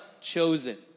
Chosen